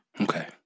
Okay